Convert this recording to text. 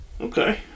Okay